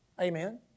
Amen